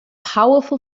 powerful